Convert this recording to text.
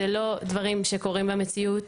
אלה לא דברים שקורים במציאות.